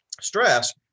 stress